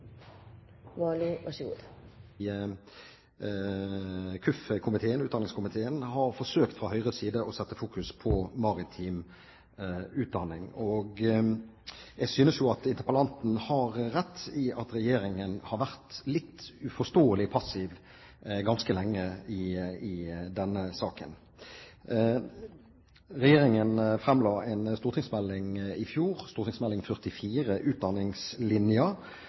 kanskje ikke så oppsiktsvekkende at partifeller skryter av hverandre, men jeg vil likevel gjøre det, for også i KUF-komiteen har vi fra Høyres side forsøkt å sette fokus på maritim utdanning. Jeg synes jo at interpellanten har rett i at regjeringen har vært uforståelig passiv ganske lenge i denne saken. Regjeringen fremla en stortingsmelding i